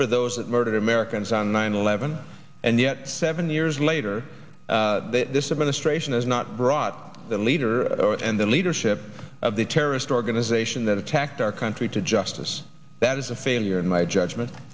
for those that murdered americans on nine eleven and yet seven years later this administration has not brought the leader or and the leadership of the terrorist organization that attacked our country to justice that is a failure in my judgment